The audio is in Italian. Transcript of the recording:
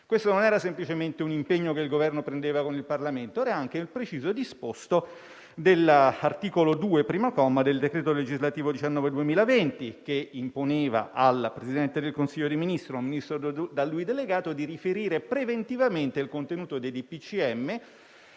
Questo non era semplicemente un impegno che il Governo prendeva con il Parlamento, ma era anche il preciso disposto dell'articolo 2, comma 1, del decreto-legge 25 marzo 2020, n. 19, che imponeva al Presidente del Consiglio dei ministri (o a un Ministro da lui delegato) di riferire preventivamente il contenuto dei